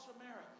America